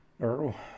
earl